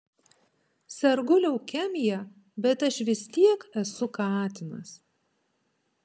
sergu leukemija bet aš vis tiek esu katinas